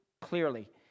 clearly